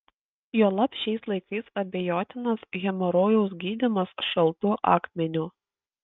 juolab šiais laikais abejotinas hemorojaus gydymas šaltu akmeniu